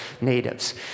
natives